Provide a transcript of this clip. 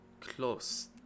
close